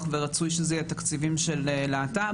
ורצוי שאלה יהיו תקציבים של להט"ב,